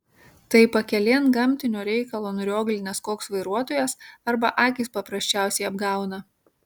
tai pakelėn gamtinio reikalo nurioglinęs koks vairuotojas arba akys paprasčiausiai apgauna